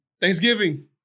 Thanksgiving